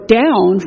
down